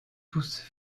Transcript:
tous